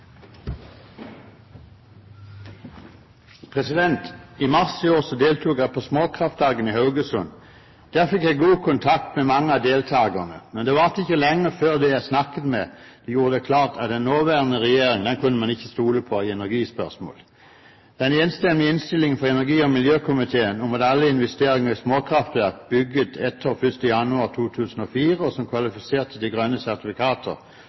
minutter. I mars i år deltok jeg på Småkraftdagene i Haugesund. Der fikk jeg god kontakt med mange av deltakerne. Men det varte ikke lenge før de jeg snakket med, gjorde det klart at man ikke kunne stole på den nåværende regjeringen i energispørsmål. Den enstemmige innstillingen fra energi- og miljøkomiteen om at alle investeringer i småkraftverk bygget etter 1. januar 2004 og som kvalifiserte til grønne sertifikater,